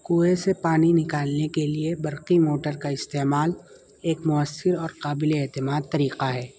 کنویں سے پانی نکالنے کے لیے برقی موٹر کا استعمال ایک مؤثر اور قابل اعتماد طریقہ ہے